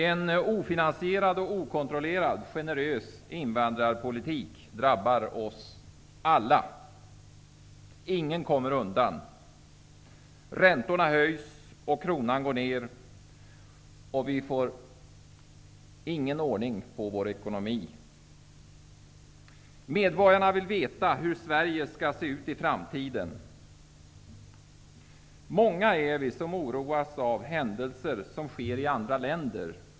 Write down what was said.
En ofinansierad och okontrollerad generös invandrarpolitik drabbar oss alla. Ingen kommer undan. Räntorna höjs och kronan går ner, och vi får ingen ordning på vår ekonomi. Medborgarna vill veta hur Sverige skall se ut i framtiden. Många är vi som oroas av händelser som sker i andra länder.